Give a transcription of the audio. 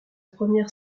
première